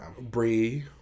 Bree